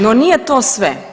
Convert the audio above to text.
No, nije to sve.